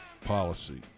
policy